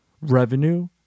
revenue